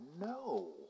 no